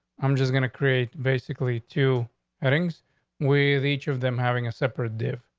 i'm just gonna create basically two headings with each of them having a separate def.